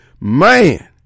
man